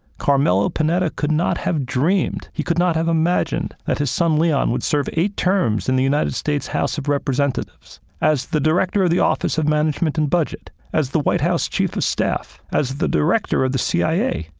carmelo panetta could not have dreamed, he could not have imagined that his son, leon, would serve eight terms in the united states house of representatives, as the director of the office of management and budget, as the white house chief of staff, as the director of the cia,